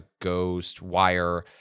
Ghostwire